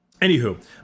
Anywho